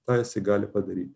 tą jisai gali padaryti